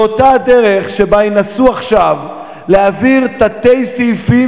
זו אותה הדרך שבה ינסו עכשיו להעביר תתי-סעיפים